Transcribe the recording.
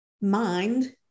mind